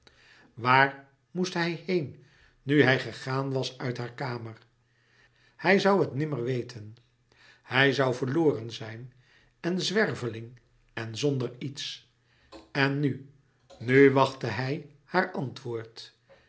waar moest hij heen nu hij gegaan was uit haar kamer hij zoû het nimmer weten hij zoû verloren zijn een zwerveling en zonder iets en nu nu wachtte hij haar antwoord